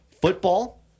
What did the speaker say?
Football